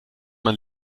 man